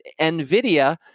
NVIDIA